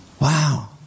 Wow